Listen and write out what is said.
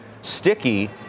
sticky